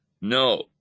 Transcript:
no